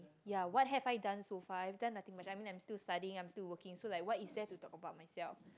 yeah what have I done so far I have done nothing much I am still studying I mean I am still working so like what is there to talk about myself